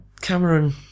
Cameron